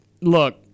look